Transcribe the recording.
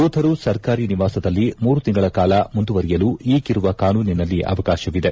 ಯೋಧರು ಸರ್ಕಾರಿ ನಿವಾಸದಲ್ಲಿ ಮೂರು ತಿಂಗಳ ಕಾಲ ಮುಂದುವರೆಯಲು ಈಗಿರುವ ಕಾನೂನಿನಲ್ಲಿ ಅವಕಾಶವಿದೆ